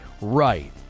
Right